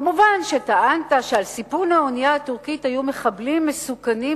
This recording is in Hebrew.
מובן שטענת שעל סיפון האונייה הטורקית היו מחבלים מסוכנים,